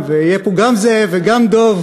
ויהיו פה גם זאב וגם דב